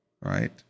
Right